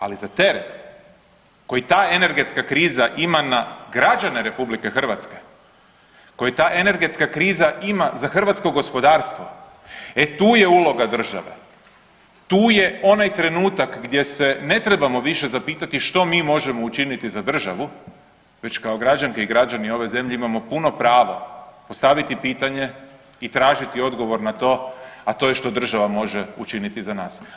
Ali za teret koji ta energetska kriza ima na građane RH, koji ta energetska kriza ima za hrvatsko gospodarstvo e tu je uloga države, tu je onaj trenutak gdje se ne trebamo više zapitati što mi možemo učiniti za državu već kao građanke i građani ove zemlje imamo puno pravo postaviti pitanje i tražiti odgovor na to, a to je što država može učiniti za nas.